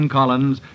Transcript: Collins